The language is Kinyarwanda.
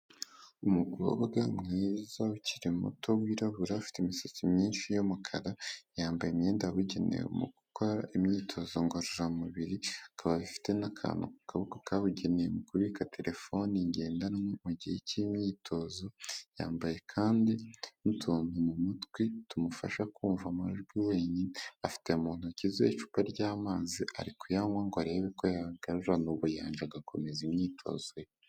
Umukobwa mwiza ukiri muto wirabura afite imisatsi myinshi y'umukara, yambaye imyenda yabugenewe mu gukora imyitozo ngororamubiri bikaba bifite n'akantu kabugenewe mu kubika telefoni ngendanwa mu gihe cy'imyitozo, yambaye kandi n'utuntu mu matwi tumufasha kumva amajwi wenyine afite mu ntoki z'icupa ry'amazi ariko kuyanywa ngo arebe ko yahagara ubuyanja agakomeza imyitozo ye.